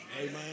Amen